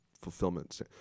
fulfillments